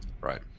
Right